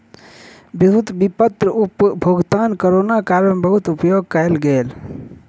विद्युत विपत्र भुगतान कोरोना काल में बहुत उपयोग कयल गेल